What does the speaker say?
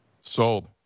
Sold